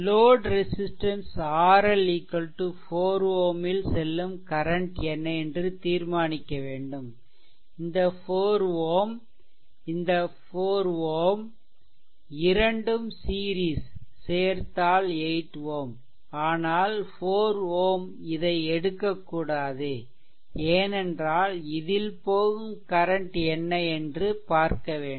load resistance RL 4 Ω ல் செல்லும் current என்ன என்று தீர்மானிக்க வேண்டும்இந்த 4 Ω இந்த 4 இரண்டும் சீரிஸ் சேர்த்தால் 8 Ω ஆனால் 4 Ω இதை எடுக்கக்கூடாது ஏனென்றால் இதில் போகும் கரன்ட் என்ன என்று பார்க்க வேண்டும்